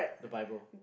the bible